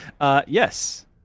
Yes